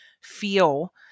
feel